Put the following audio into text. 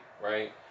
right